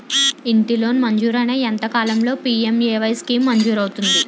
ఇంటి లోన్ మంజూరైన ఎంత కాలంలో పి.ఎం.ఎ.వై స్కీమ్ మంజూరు అవుతుంది?